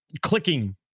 clicking